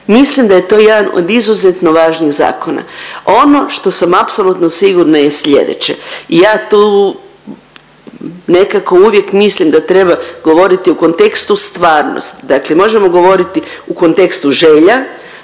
Mislim da je to jedan od izuzetno važnih zakona. Ono što sam apsolutno sigurna je slijedeće. Ja tu nekako uvijek mislim da treba govoriti u kontekstu stvarnosti. Dakle možemo govoriti u kontekstu želja,